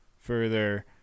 further